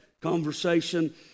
conversation